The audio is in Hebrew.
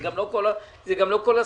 זה גם לא כל הסכום,